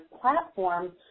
platform